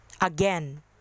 Again